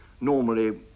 normally